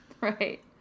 Right